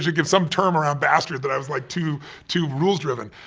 give some term around bastard, that i was like too too rules driven.